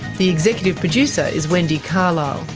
the executive producer is wendy carlisle,